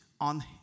on